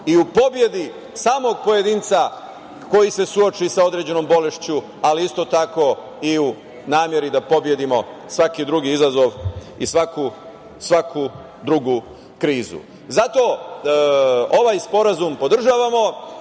i u pobedi samog pojedinca koji se suoči sa određenom bolešću, ali isto tako i u nameru da pobedimo svaki drugi izazov i svaku drugu krizu. Zato ovaj Sporazum podržavamo.